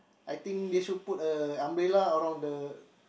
I think they should put a umbrella around the